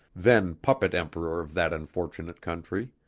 then puppet emperor of that unfortunate country.